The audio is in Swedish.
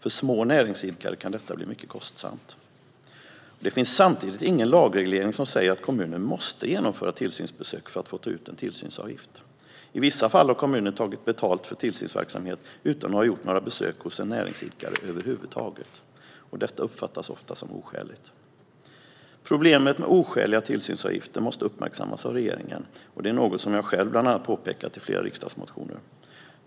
För små näringsidkare kan detta bli mycket kostsamt. Det finns samtidigt ingen lagreglering som säger att kommunen måste genomföra tillsynsbesök för att få ta ut en tillsynsavgift. I vissa fall har kommuner tagit betalt för tillsynsverksamhet utan att ha gjort några besök hos en näringsidkare över huvud taget. Detta uppfattas ofta som oskäligt. Problemet med oskäliga tillsynsavgifter måste uppmärksammas av regeringen. Det är något som jag själv bland annat påpekat i flera riksdagsmotioner.